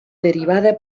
derivada